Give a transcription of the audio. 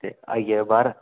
ते आई जाएओ बाहर